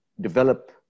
develop